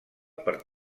per